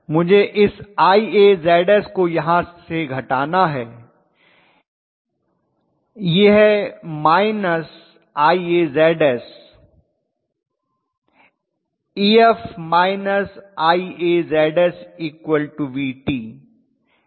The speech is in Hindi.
मुझे इस IaZs को यहाँ से घटाना है यह है IaZs Ef −IaZs Vt